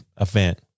event